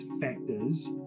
factors